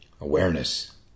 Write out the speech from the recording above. Awareness